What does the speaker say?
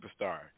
superstar